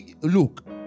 Look